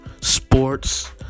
sports